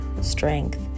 strength